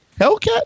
Hellcat